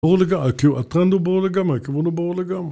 ברור לגמרי, כאילו, הטרנד הוא ברור לגמרי, הכיוון הוא ברור לגמרי.